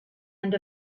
end